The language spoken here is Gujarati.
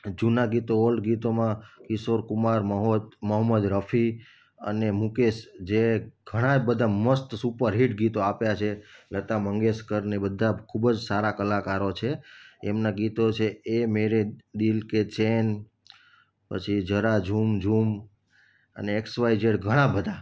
જૂના ગીતો ઓલ્ડ ગીતોમાં કિશોર કુમાર મોહંમદ રફી અને મુકેશ જે ઘણા જ બધા મસ્ત સુપરહિટ ગીતો આપ્યા છે લતા મંગેશકર ને બધા ખૂબ જ સારા કલાકારો છે એમના ગીતો છે એ મેરે દિલ કે ચેન પછી જરા ઝુમ ઝુમ અને એક્સ વાય ઝેડ ઘણા બધા